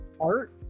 art